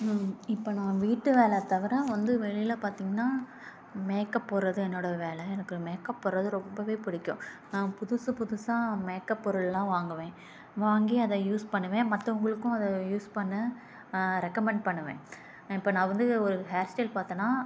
இப்போ நான் வீட்டு வேலை தவிர வந்து வெளியில் பார்த்திங்ன்னா மேக்கப் போடுறது என்னோட வேலை எனக்கு மேக்கப் போடுறது ரொம்ப புடிக்கும் நான் புதுசு புதுசாக மேக்கப் பொருள் எல்லாம் வாங்குவேன் வாங்கி அதை யூஸ் பண்ணுவேன் மத்தவங்களுக்கும் அதை யூஸ் பண்ண ரெக்கமெண்ட் பண்ணுவேன் இப்போ நான் வந்து ஒரு ஹேர் ஸ்டைல் பாத்தேனா